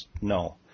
no